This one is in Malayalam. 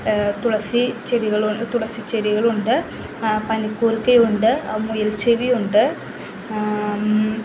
തുളസി ചെടികളു തുളസി ചെടികളുണ്ട് പനികൂർക്കയുണ്ട് മുയൽ ചെവിയുണ്ട്